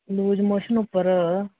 lose motion उप्पर